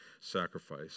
sacrifice